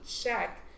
check